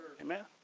Amen